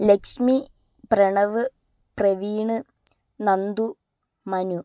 Lakshmi Pranav Praveen Nandu Manu